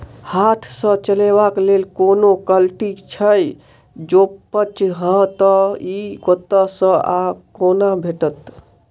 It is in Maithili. हाथ सऽ चलेबाक लेल कोनों कल्टी छै, जौंपच हाँ तऽ, इ कतह सऽ आ कोना भेटत?